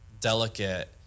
delicate